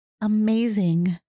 amazing